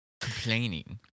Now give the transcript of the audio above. complaining